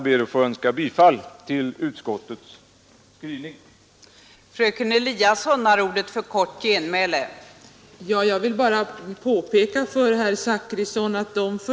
Jag yrkar bifall till utskottets hemställan.